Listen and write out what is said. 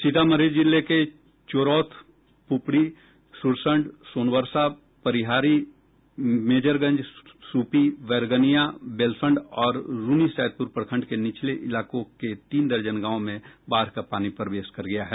सीतामढ़ी जिले के चोरौथ पुपरी सुरसंड सोनबरसा परिहारी मेजरगंज सुपी बैरगनिया बेलसंड और रून्नीसैदपुर प्रखंड के निचले इलाकों के तीन दर्जन गांव में बाढ़ का पानी प्रवेश कर गया है